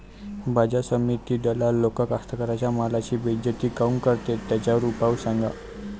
बाजार समितीत दलाल लोक कास्ताकाराच्या मालाची बेइज्जती काऊन करते? त्याच्यावर उपाव सांगा